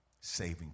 saving